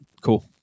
Cool